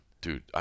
Dude